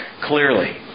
clearly